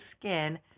skin